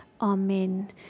Amen